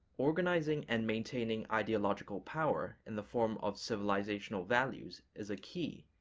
organizing and maintaining ideological power in the form of civilizational values is a key,